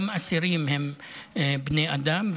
גם אסירים הם בני אדם,